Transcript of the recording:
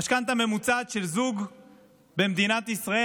המשכנתה הממוצעת של זוג במדינת ישראל